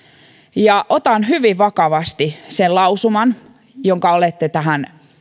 ja otan hyvin vakavasti sen lausuman jonka olette tähän